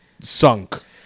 sunk